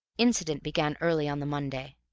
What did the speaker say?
incident began early on the monday.